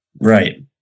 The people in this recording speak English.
Right